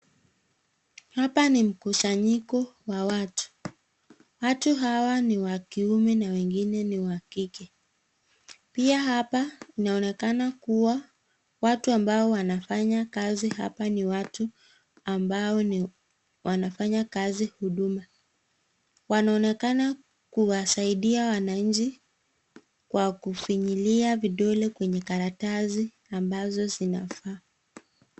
Hapa ni mkusanyiko wa watu. Watu hawa ni wa kiume na wengine ni wa kike , pia hapa inaonekana kuwa watu ambao wanafanya kazi hapa ni watu ambao wanafanya kazi huduma. Wanaonekana kuwasaidia wananchi, kwa kufinyilia vidole kwenye karatasi ambazo zinafaa.